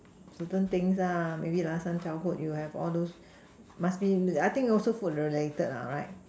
certain things maybe last time childhood you have all those muffin I think also food related right